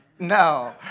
No